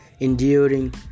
enduring